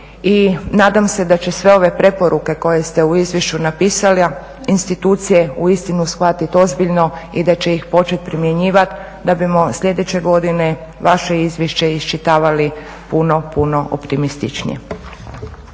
i nadam se da će sve ove preporuke koje ste u izvješću napisali institucije uistinu shvatiti ozbiljno i da će ih početi primjenjivati da bimo sljedeće godine vaše izvješće iščitavali puno, puno optimističnije.